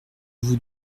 vous